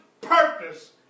purpose